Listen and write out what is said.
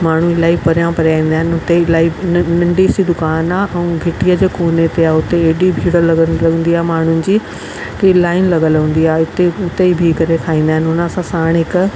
माण्हू इलाही परियां परियां ईन्दा आहिनि उते इलाही न नन्ढी सी दुकानु आहे ऐं घिटीअ जे कोने ते आहे उते एॾी भीड़ लॻल हूंदी आहे माण्हुनि जी की लाईन लॻल हूंदी आहे उते उते ई बिही करे खाईन्दा आहिनि उन सां साण हिकु